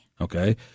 Okay